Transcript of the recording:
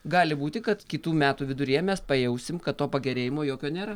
gali būti kad kitų metų viduryje mes pajausim kad to pagerėjimo jokio nėra